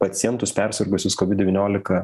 pacientus persirgusius kovid devyniolika